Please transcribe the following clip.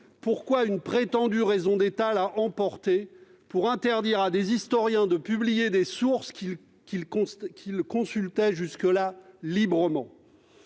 Pourquoi une prétendue raison d'État l'a-t-elle emporté pour interdire à des historiens de publier des sources qu'ils consultaient jusque-là librement ?